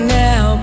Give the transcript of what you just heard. now